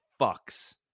fucks